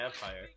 vampire